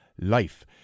Life